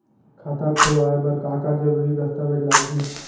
खाता खोलवाय बर का का जरूरी दस्तावेज लागही?